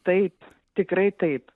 taip tikrai taip